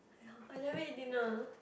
ya I never eat dinner